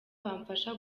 bamfasha